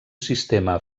sistema